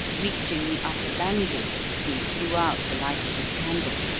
reaching the upper landing he blew out the light of his candle,